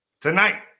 Tonight